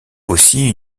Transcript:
aussi